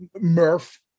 Murph